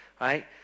right